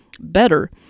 Better